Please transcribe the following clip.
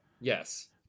Yes